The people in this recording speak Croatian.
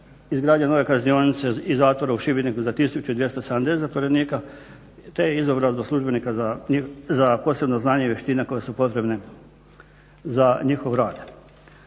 izgradnja nove kaznionice i zatvora u Šibeniku za 1270 zatvorenika te izobrazbu službenika za posebne znanje i vještine koje su potrebne za njihov rad.